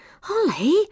Holly